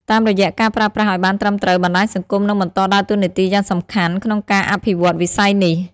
តាមរយៈការប្រើប្រាស់ឲ្យបានត្រឹមត្រូវ បណ្ដាញសង្គមនឹងបន្តដើរតួនាទីយ៉ាងសំខាន់ក្នុងការអភិវឌ្ឍន៍វិស័យនេះ។